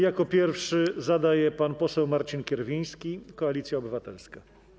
Jako pierwszy pytanie zadaje pan poseł Marcin Kierwiński, Koalicja Obywatelska.